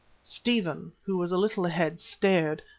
stephen, who was a little ahead, stared,